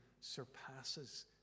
surpasses